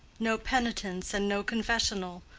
no penitence and no confessional,